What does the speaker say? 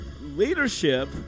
leadership